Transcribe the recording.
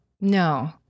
No